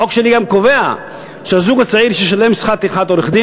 החוק שלי גם קובע שהזוג הצעיר ששילם שכר טרחת עורך-דין